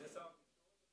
זה שר התקשורת?